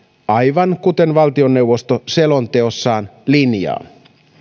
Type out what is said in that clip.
aivan kuten valtioneuvosto selonteossaan linjaa